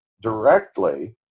directly